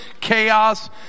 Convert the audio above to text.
Chaos